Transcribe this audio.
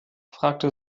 fragte